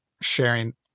sharing